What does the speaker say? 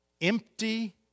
empty